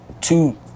two